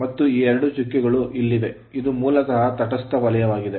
ಮತ್ತು ಈ ಎರಡು ಚುಕ್ಕೆಗಳು ಇಲ್ಲಿವೆ ಇದು ಮೂಲತಃ ತಟಸ್ಥ ವಲಯವಾಗಿದೆ